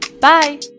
Bye